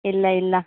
ಇಲ್ಲ ಇಲ್ಲ